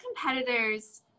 competitors